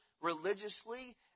religiously